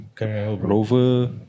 Rover